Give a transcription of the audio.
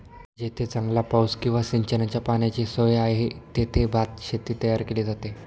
जेथे चांगला पाऊस किंवा सिंचनाच्या पाण्याची सोय आहे, तेथे भातशेती तयार केली जाते